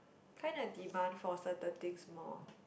kinda demand for certain things more